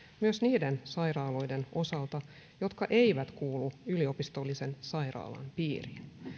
myös niiden sairaaloiden osalta jotka eivät kuulu yliopistollisen sairaalan piiriin